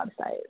website